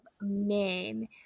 men